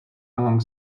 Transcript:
along